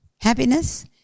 Happiness